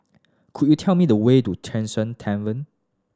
could you tell me the way to Tavern